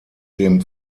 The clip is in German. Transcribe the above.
dem